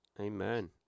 Amen